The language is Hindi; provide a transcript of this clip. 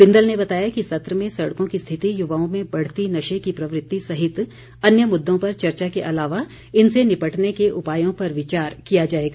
बिंदल ने बताया कि सत्र में सड़कों की स्थिति युवाओं में बढ़ती नशे की प्रवृति सहित अन्य मुद्दों पर चर्चा के अलावा इनसे निपटने के उपायों पर विचार किया जाएगा